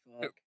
fuck